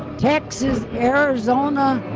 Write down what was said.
texas, arizona,